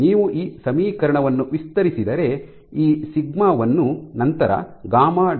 ನೀವು ಈ ಸಮೀಕರಣವನ್ನು ವಿಸ್ತರಿಸಿದರೆ ಈ ಸಿಗ್ಮಾ ವನ್ನು ನಂತರ ಗಾಮಾ γ